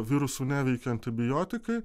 virusų neveikia antibiotikai